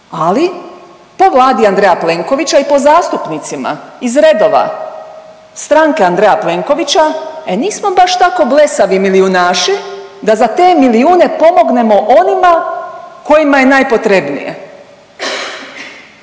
Ali, po vladi Andreja Plenkovića i po zastupnicima iz redova stranke Andreja Plenkovića, e nismo baš tako blesavi milijunaši da za te milijune pomognemo onima kojima je najpotrebnije.